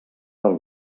del